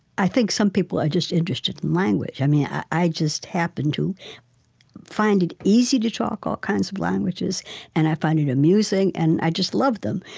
i think some people are just interested in language. i mean, i just happened to find it easy to talk all kinds of languages and i find it amusing, and i just love them.